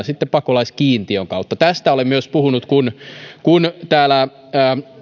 sitten pakolaiskiintiön kautta tästä olen myös puhunut kun kun täällä